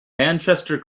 manchester